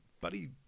buddy